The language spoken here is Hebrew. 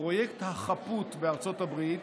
פרויקט החפות בארצות הברית